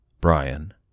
Brian